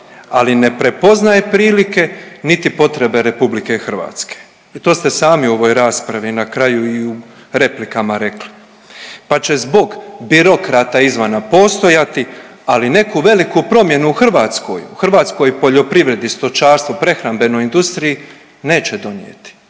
ali ne prepoznaje prilike niti potrebe Republike Hrvatske i to ste sami u ovoj raspravi na kraju i u replikama rekli. Pa će zbog birokrata izvana postojati, ali neku veliku promjenu u Hrvatskoj, u hrvatskoj poljoprivredi, stočarstvu, prehrambenoj industriji neće donijeti.